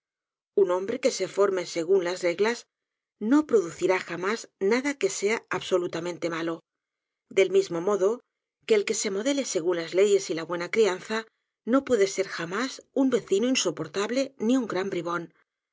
un hombre que sé forme según las reglas no producirá jamás nada que sea absolutamente malo del mismo modo que el que se modele según las leyes y la buena crianza no puede ser jamás un vecino insoportable ni un gran bribón